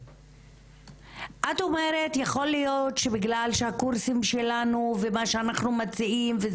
את אומרת: יכול להיות שבגלל שהקורסים שלנו ומה שאנחנו מציעים.